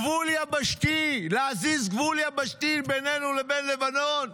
גבול יבשתי, להזיז גבול יבשתי בינינו לבין לבנון.